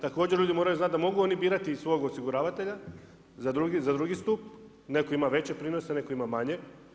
Također ljudi moraju znati da mogu oni birati i svog osiguravatelja za drugi stup, netko ima veće prinose, netko ima manje.